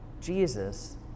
Jesus